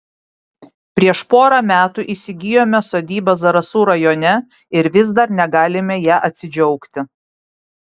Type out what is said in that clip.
prieš porą metų įsigijome sodybą zarasų rajone ir vis dar negalime ja atsidžiaugti